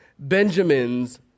Benjamins